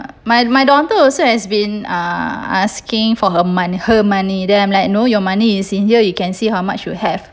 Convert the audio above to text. my my daughter also has been uh asking for her money her money then I'm like no your money is in here you can see how much you have